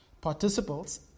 participles